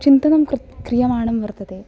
चिन्तनं क्रियमाणं वर्तते